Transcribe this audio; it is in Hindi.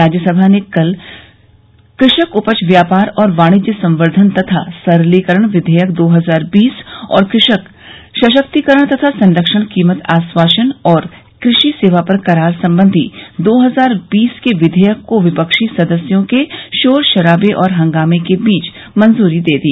राज्यसभा ने कल कृषक उपज व्यापार और वाणिज्य संवर्धन तथा सरलीकरण विघेयक दो हजार बीस और कृषक सशक्तीकरण तथा संरक्षण कीमत आश्वासन और कृषि सेवा पर करार संबंधी दो हजार बीस के विधेयक को विपक्षी सदस्यों के शोर शराबे और हंगामे के बीच मंजूरी दी